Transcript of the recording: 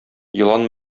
елан